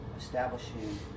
establishing